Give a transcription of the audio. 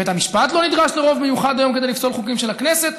בית המשפט לא נדרש לרוב מיוחד היום כדי לפסול חוקים של הכנסת.